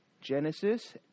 Genesis